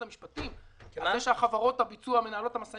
המשפטים על כך שחברות הביצוע מנהלות את המשאים